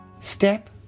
Step